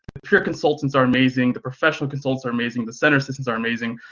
pure consultants are amazing, the professional consults are amazing, the center systems are amazing.